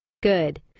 Good